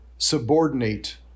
Subordinate